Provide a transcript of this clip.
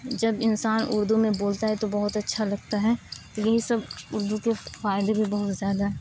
جب انسان اردو میں بولتا ہے تو بہت اچھا لگتا ہے یہی سب اردو کے فائدے بھی بہت زیادہ